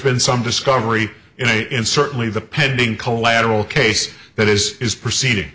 been some discovery and certainly the pending collateral case that is is proceeding